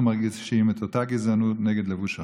אנחנו מרגישים את אותה גזענות נגד לבוש שחור.